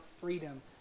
freedom